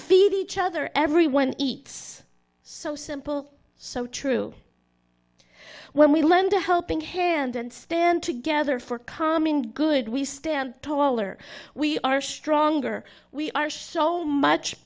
feed each other everyone eats so simple so true when we lend a helping hand and stand together for common good we stand tall or we are stronger we are show much